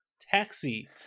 Taxi